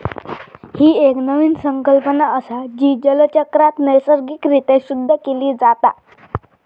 ही एक नवीन संकल्पना असा, जी जलचक्रात नैसर्गिक रित्या शुद्ध केली जाता